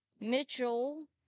Mitchell